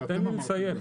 זה אתם אמרתם לנו.